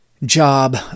job